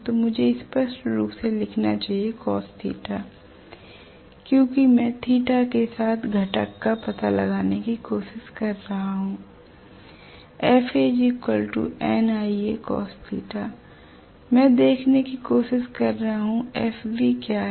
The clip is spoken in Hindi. तो मुझे स्पष्ट रूप से लिखना चाहिए क्योंकि मैं θ के साथ घटक का पता लगाने की कोशिश कर रहा हूं l मैं देखने की कोशिश कर रहा हूं FB क्या है